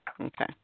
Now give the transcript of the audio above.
Okay